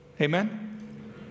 Amen